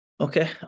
Okay